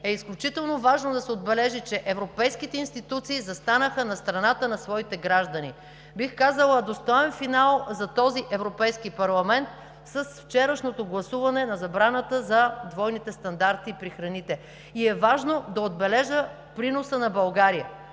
е изключително важно да се отбележи, че европейските институции застанаха на страната на своите граждани. Бих казала – достоен финал за този Европейски парламент с вчерашното гласуване на забраната за двойните стандарти при храните. Важно е да отбележа приноса на България.